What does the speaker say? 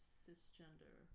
cisgender